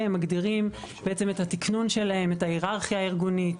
מגדירים את התקנון שלהם, את ההיררכיה הארגונית,